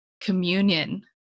communion